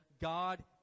God